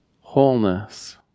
wholeness